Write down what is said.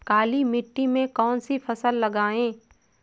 काली मिट्टी में कौन सी फसल लगाएँ?